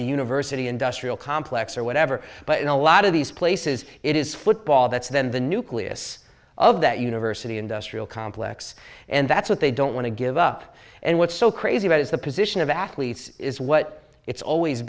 the university industrial complex or whatever but in a lot of these places it is football that's then the nucleus of that university industrial complex and that's what they don't want to give up and what's so crazy about is the position of athletes is what it's always